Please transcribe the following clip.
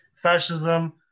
Fascism